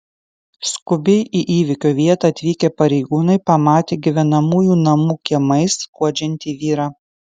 skubiai į įvykio vietą atvykę pareigūnai pamatė gyvenamųjų namų kiemais skuodžiantį vyrą